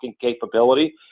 capability